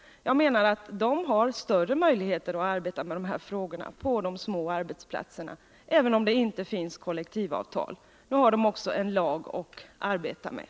Jag menar att de har större möjligheter att arbeta med dessa frågor på de små arbetsplatserna, även om det inte finns kollektivavtal. Nu har de också en lag att arbeta med.